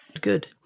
Good